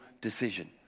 decision